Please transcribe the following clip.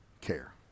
care